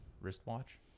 wristwatch